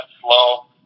slow